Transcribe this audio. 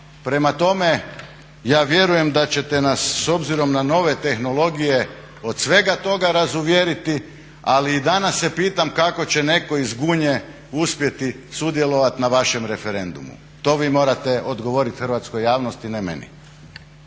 Prema tome, ja vjerujem da ćete nas s obzirom na nove tehnologije od svega to razuvjeriti, ali i danas se pitam kako će netko iz Gunje uspjeti sudjelovati na vašem referendumu. To vi morate odgovorit hrvatskoj javnosti, ne meni.